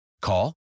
Call